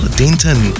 denton